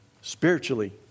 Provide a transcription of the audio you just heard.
spiritually